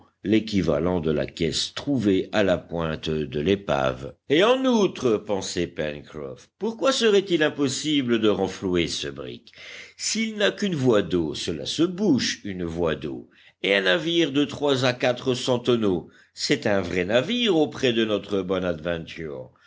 de la caisse trouvée à la pointe de l'épave et en outre pensait pencroff pourquoi serait-il impossible de renflouer ce brick s'il n'a qu'une voie d'eau cela se bouche une voie d'eau et un navire de trois à quatre cents tonneaux c'est un vrai navire auprès de notre bonadventure